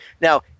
Now